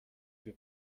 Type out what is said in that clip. für